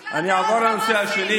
זה בגלל הדעות --- אני אעבור לנושא השני.